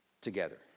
together